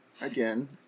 again